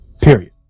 Period